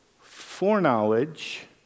Foreknowledge